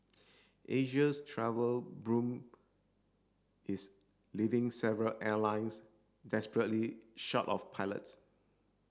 Asia's travel boom is leaving several airlines desperately short of pilots